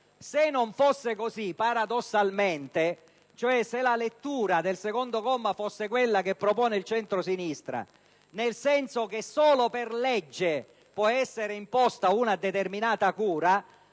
Se non fosse così, paradossalmente, cioè se la lettura del secondo comma fosse quella che propone il centrosinistra, nel senso che solo per legge può essere imposta una determinata cura,